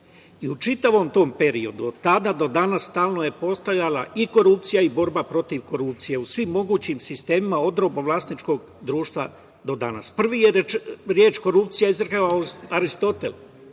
u čitavom tom periodu, od tada do danas, stalno je postojala i korupcija i borba protiv korupcije u svim mogućim sistemima od robovlasničkog društva do danas. Prvu je reč korupcija izrekao Aristotel,